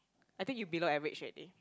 I think you below average already